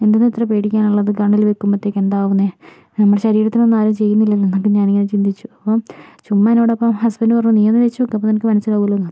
എന്തുന്നാ ഇത്ര പേടിക്കാനുള്ളത് കണ്ണിൽ വെക്കുമ്പോളത്തേക്ക് എന്താ ആവുന്നത് നമ്മളുടെ ശരീരത്തിലൊന്നും ആരും ഒന്നും ചെയ്യുന്നില്ലെന്നൊക്കെ എന്നിട്ടും ഞാനിങ്ങനെ ചിന്തിച്ചു ചുമ്മാ എന്നോടൊപ്പം ഹസ്ബൻഡ് പറഞ്ഞു നീയൊന്നു വെച്ചുനോക്ക് അപ്പോൾ നിനക്ക് മനസ്സിലാകുമല്ലോയെന്ന്